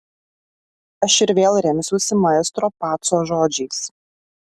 aš ir vėl remsiuosi maestro paco žodžiais